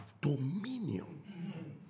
dominion